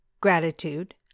Gratitude